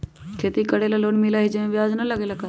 खेती करे ला लोन मिलहई जे में ब्याज न लगेला का?